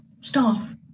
staff